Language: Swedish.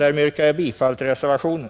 Jag yrkar bifall till reservationen.